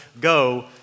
go